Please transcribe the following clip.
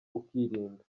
ukirinda